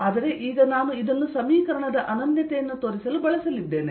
ಆದರೆ ಈಗ ನಾನು ಇದನ್ನು ಸಮೀಕರಣದ ಅನನ್ಯತೆಯನ್ನು ತೋರಿಸಲು ಬಳಸಲಿದ್ದೇನೆ